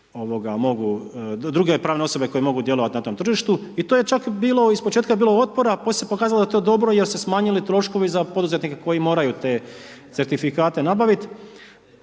druge pravne osobe koje mogu djelovati na tom tržištu i to je čak bilo, ispočetka je bilo otpora, poslije se pokazalo da je to dobro jer su se smanjili troškovi za poduzetnike koji moraju te certifikate nabaviti